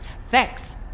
Thanks